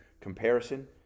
comparison